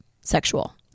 sexual